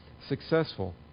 successful